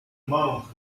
monk